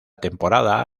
temporada